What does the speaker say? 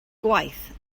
gwaith